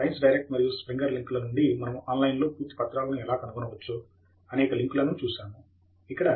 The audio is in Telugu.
సైన్స్ డైరెక్ట్ మరియు స్ప్రింగర్ లింక్ ల నుండి మనము ఆన్లైన్లో పూర్తి పత్రాలను ఎలా కనుగొనవచ్చో అనేక లింక్లను కూడా చూశాము ఇక్కడ